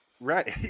right